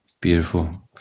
Beautiful